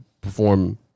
perform